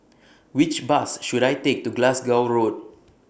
Which Bus should I Take to Glasgow Road